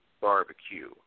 Barbecue